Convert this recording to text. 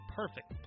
perfect